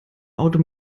auto